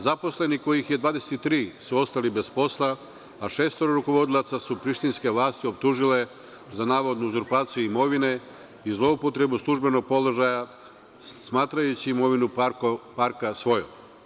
Zaposleni, kojih je 23, su ostali bez posla, a šest rukovodilaca su prištinske vlasti optužile za navodnu uzurpaciju imovine i zloupotrebu službenog položaja, smatrajući imovinu parka svojom.